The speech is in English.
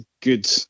good